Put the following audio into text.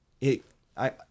it—I